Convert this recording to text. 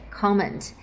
comment